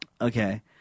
Okay